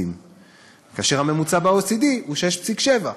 כאשר הממוצע ב-OECD הוא %6.7.